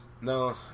No